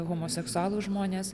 homoseksualūs žmonės